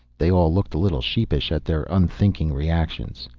they all looked a little sheepish at their unthinking reactions.